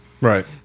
Right